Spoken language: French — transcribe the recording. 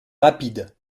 rapide